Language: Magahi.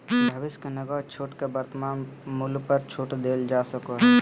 भविष्य के नकद छूट के वर्तमान मूल्य पर छूट देल जा सको हइ